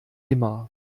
immer